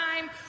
time